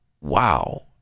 wow